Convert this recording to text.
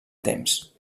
temps